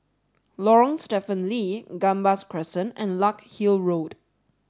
Lorong Stephen Lee Gambas Crescent and Larkhill Road